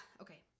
Okay